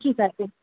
ঠিক আছে